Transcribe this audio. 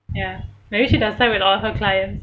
ya maybe she does that with all her clients